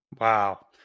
Wow